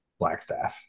Blackstaff